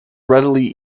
readily